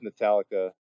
metallica